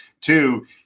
Two